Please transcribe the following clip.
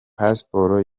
pasiporo